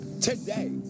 today